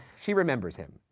she remembers him.